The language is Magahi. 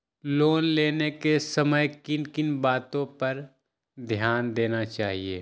लोन लेने के समय किन किन वातो पर ध्यान देना चाहिए?